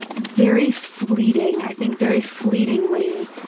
very fleeting, i think, very fleetingly.